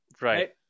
right